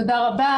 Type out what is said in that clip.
תודה רבה.